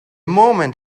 moment